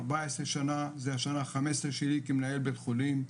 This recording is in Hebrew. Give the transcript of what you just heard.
14 שנה זה השנה ה-15 שלי כמנהל בית חולים,